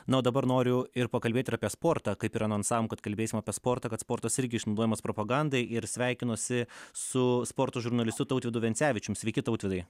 na o dabar noriu ir pakalbėt ir apie sportą kaip ir anonsavom kad kalbėsim apie sportą kad sportas irgi išnaudojamas propagandai ir sveikinuosi su sporto žurnalistu tautvydu vencevičium sveiki tautvydai